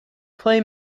play